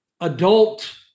adult